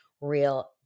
real